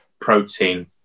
protein